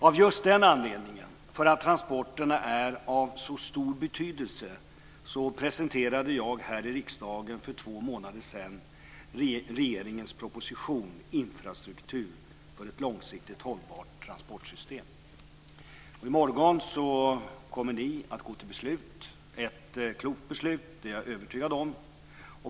Av just den anledningen, för att transporterna är av så stor betydelse, presenterade jag här i riksdagen för två månader sedan regeringens proposition Infrastruktur för ett långsiktigt hållbart transportsystem. I morgon kommer ni att gå till beslut - ett klokt beslut, det är jag övertygad om.